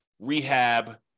rehab